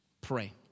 pray